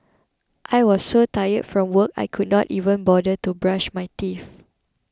I was so tired from work I could not even bother to brush my teeth